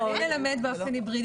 הוא יכול ללמד באופן היברידי,